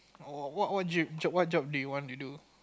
oh what what gym what job do you want to do